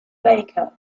baker